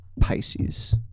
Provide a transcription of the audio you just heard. pisces